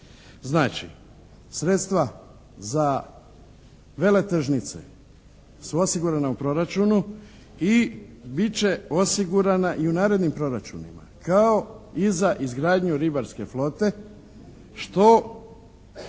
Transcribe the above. Znači, sredstva za veletržnice su osigurana u proračunu i bit će osigurana i u narednim proračunima kao i za izgradnju ribarske flote što